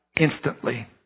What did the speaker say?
instantly